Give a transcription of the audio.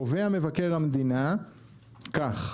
קובע מבקר המדינה כך,